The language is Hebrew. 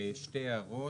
שתי הערות.